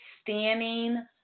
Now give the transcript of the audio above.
standing